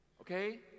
okay